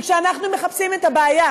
כשאנחנו מחפשים את הבעיה